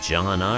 John